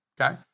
Okay